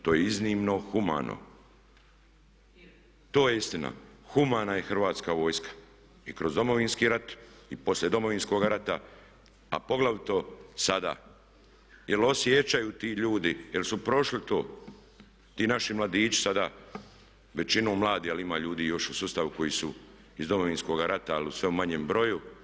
To je iznimno humano, to je istina, humana je Hrvatska vojska i kroz domovinski rat i poslije Domovinskoga rata a poglavito sada jer osjećaju ti ljudi, jer su prošli to, ti naši mladići sada većinom mladi ali ima ljudi još u sustavu koji su iz Domovinskoga rata ali u sve manjem broju.